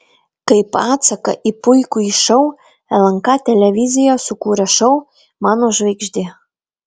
kaip atsaką į puikųjį šou lnk televizija sukūrė šou mano žvaigždė